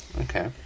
Okay